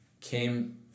came